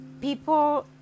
people